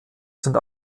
sind